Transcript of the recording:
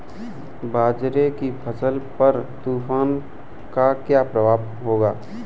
बाजरे की फसल पर तूफान का क्या प्रभाव होगा?